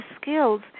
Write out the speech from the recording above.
skills